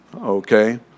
Okay